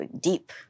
deep